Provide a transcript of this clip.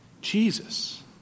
Jesus